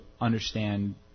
understand